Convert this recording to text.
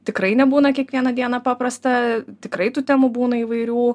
tikrai nebūna kiekvieną dieną paprasta tikrai tų temų būna įvairių